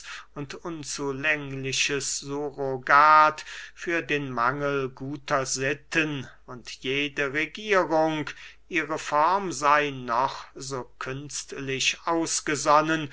und unzulängliches surrogat für den mangel guter sitten und jede regierung ihre form sey noch so künstlich ausgesonnen